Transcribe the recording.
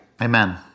Amen